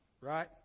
Right